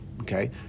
okay